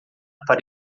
para